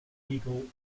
eagle